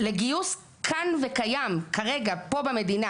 לגיוס כאן וקיים כרגע פה במדינה.